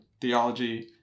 theology